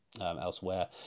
elsewhere